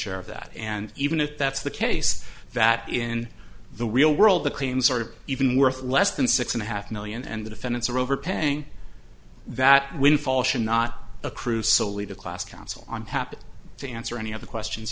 share of that and even if that's the case that in the real world the claims are even worth less than six and a half million and the defendants are overpaying that windfall should not accrue solely to class counsel on happy to answer any of the questions